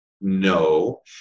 No